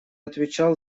отвечал